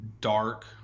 dark